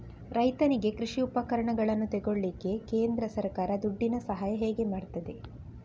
ರೈತನಿಗೆ ಕೃಷಿ ಉಪಕರಣಗಳನ್ನು ತೆಗೊಳ್ಳಿಕ್ಕೆ ಕೇಂದ್ರ ಸರ್ಕಾರ ದುಡ್ಡಿನ ಸಹಾಯ ಹೇಗೆ ಮಾಡ್ತದೆ?